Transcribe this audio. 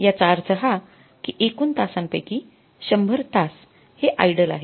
याचा अर्थ हा कि एकूण तासांपैकी १०० तास हे आइडल आहेत